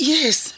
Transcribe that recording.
Yes